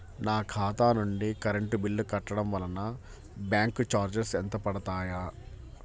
నా ఖాతా నుండి కరెంట్ బిల్ కట్టడం వలన బ్యాంకు చార్జెస్ ఎంత పడతాయా?